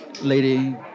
lady